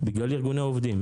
בגלל ארגוני עובדים,